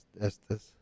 Estes